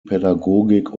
pädagogik